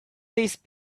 these